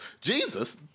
Jesus